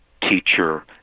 teacher